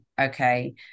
okay